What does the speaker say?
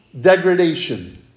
degradation